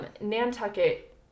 Nantucket